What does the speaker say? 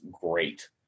great